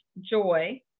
joy